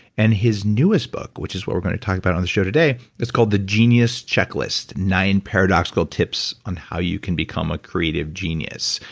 and his newest book, which is what we're going to talk about on the show today is called the genius checklist, nine paradoxical tips on how you can become a creative genius.